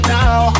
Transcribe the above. Now